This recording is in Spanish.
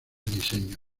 diseño